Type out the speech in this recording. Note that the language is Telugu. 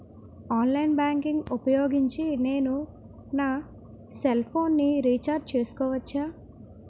ఆన్లైన్ బ్యాంకింగ్ ఊపోయోగించి నేను నా సెల్ ఫోను ని రీఛార్జ్ చేసుకోవచ్చా?